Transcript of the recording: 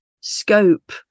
scope